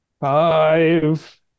Five